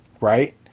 right